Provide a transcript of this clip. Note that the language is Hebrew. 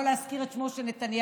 להזכיר את שמו של נתניהו.